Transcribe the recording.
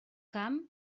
camp